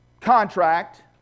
contract